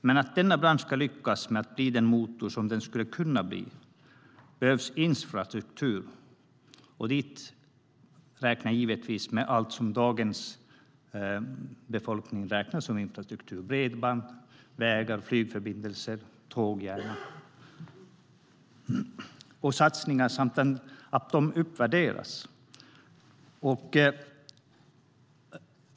Men för att denna bransch ska lyckas med att bli den motor som den skulle kunna bli behövs infrastruktursatsningar. Dit räknar jag givetvis allt som dagens befolkning räknar som infrastruktur: bredband, vägar, flygförbindelser och tåg. Branschen behöver också uppvärderas.